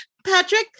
Patrick